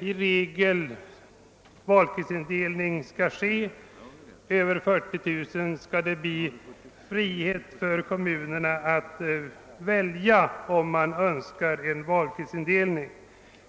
regel icke skall ske vid ett invånarantal under 40 000, medan det vid ett invånarantal över 40 000 skall föreligga frihet för kommunerna att välja om de önskar en valkretsindelning.